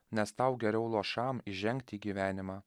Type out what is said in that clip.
nes tau geriau luošam įžengt į gyvenimą